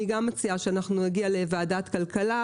גם אני מציעה שנגיע לוועדת הכלכלה,